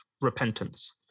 repentance